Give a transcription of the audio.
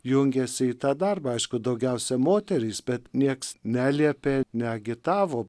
jungėsi į tą darbą aišku daugiausia moterys bet niekas neliepė neagitavo